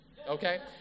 Okay